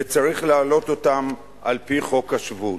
וצריך להעלות אותה על-פי חוק השבות.